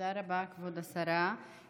תודה רבה, כבוד השרה.